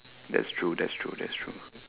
that's true that's true that's true